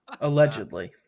Allegedly